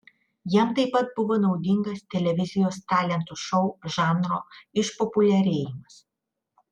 jam taip pat buvo naudingas televizijos talentų šou žanro išpopuliarėjimas